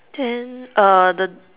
then err the